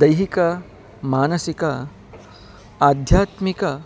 दैहिकमानसिकम् आध्यात्मिके